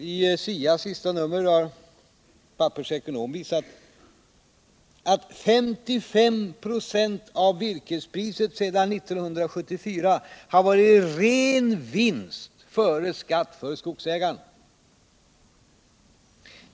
I SIA:s senaste nummer har Pappers ekonom visat att 55 96 av virkespriset sedan 1974 har varit ren vinst före skatt för skogsägarna.